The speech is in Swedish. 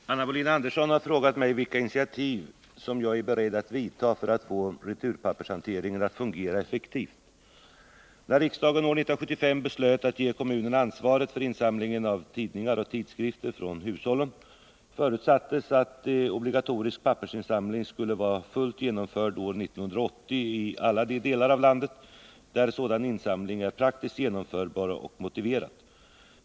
Herr talman! Anna Wohlin-Andersson har frågat mig vilka initiativ som jag är beredd att vidta för att få returpappershanteringen att fungera effektivt. När riksdagen år 1975 beslöt att ge kommunerna ansvaret för insamlingen av tidningar och tidskrifter från hushållen förutsattes att obligatorisk pappersinsamling skulle vara fullt genomförd år 1980 i alla de delar av landet där sådan insamling är praktiskt genomförbar och motiverad.